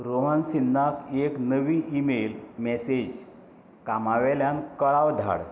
रोहन सिन्नाक एक नवी इमेल मॅसेज कामा वेल्यान कळाव धाड